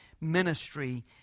ministry